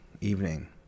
evening